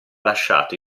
lasciato